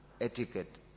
etiquette